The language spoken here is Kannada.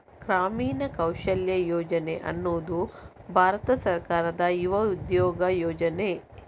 ಗ್ರಾಮೀಣ ಕೌಶಲ್ಯ ಯೋಜನೆ ಅನ್ನುದು ಭಾರತ ಸರ್ಕಾರದ ಯುವ ಉದ್ಯೋಗ ಯೋಜನೆ